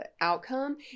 outcome